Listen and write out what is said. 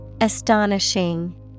Astonishing